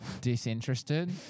disinterested